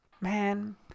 Man